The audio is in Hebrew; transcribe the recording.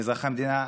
מאזרחי המדינה,